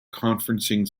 conferencing